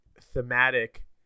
thematic